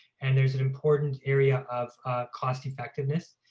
and there's an important area of cost effectiveness.